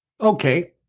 Okay